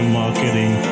marketing